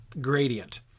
gradient